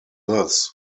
thus